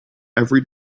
every